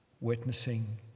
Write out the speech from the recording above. witnessing